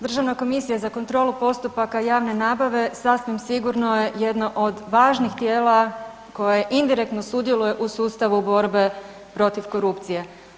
Državna komisija za kontrolu postupaka javne nabave sasvim sigurno jedno od važnih tijela koje indirektno sudjeluje u sustavu borbe protiv korupcije.